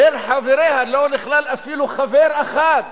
בין חבריה לא נכלל אפילו חבר אחד,